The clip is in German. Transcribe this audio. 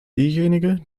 diejenige